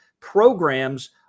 programs